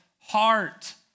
heart